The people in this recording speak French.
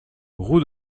route